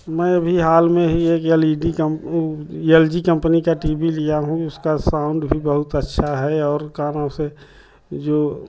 मैं अभी हाल में ही एक एल इ डी का वह एल जी कंपनी का टी वी लिया हूँ उसका साउंड भी बहुत अच्छा है और कानों से जो